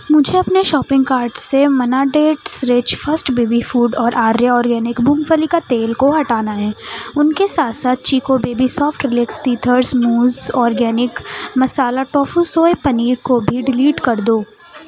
مجھے اپنے shopping cart سے منا dates rich first baby food اور آریہ آرگینک مونگ پھلی کا تیل کو ہٹانا ہے ان کے ساتھ ساتھ Chicco baby soft relax teethers موز organic masala tofu soy paneer کو بھی ڈیلیٹ کر دو